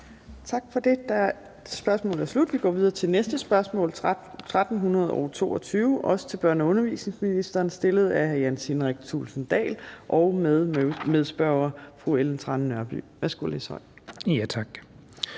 Tak for det. Spørgsmålet er slut. Vi går videre til næste spørgsmål, nr. 1322, som også er til børne- og undervisningsministeren. Det er stillet af hr. Jens Henrik Thulesen Dahl, og medspørger er fru Ellen Trane Nørby. Kl. 15:17 Spm.